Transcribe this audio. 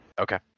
Okay